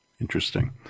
Interesting